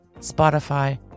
Spotify